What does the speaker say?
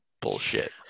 bullshit